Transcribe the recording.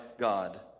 God